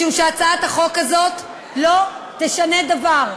משום שהצעת החוק הזאת לא תשנה דבר.